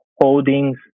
holdings